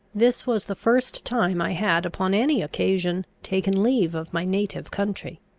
this was the first time i had, upon any occasion, taken leave of my native country.